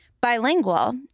bilingual